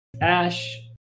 ash